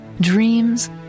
dreams